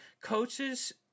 coaches